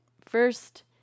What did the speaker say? first